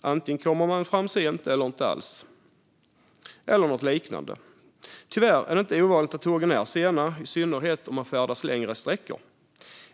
Det är kommentarer som att man antingen kommer fram sent eller inte alls och liknande. Tyvärr är det inte ovanligt att tågen är sena, i synnerhet inte när man färdas längre sträckor.